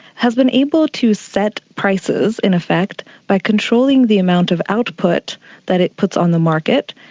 has been able to set prices in effect by controlling the amount of output that it puts on the market,